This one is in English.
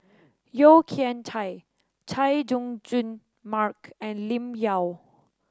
Yeo Kian Chai Chay Jung Jun Mark and Lim Yau